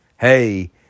hey